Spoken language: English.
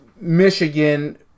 Michigan